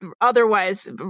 otherwise